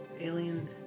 alien